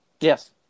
Yes